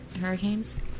hurricanes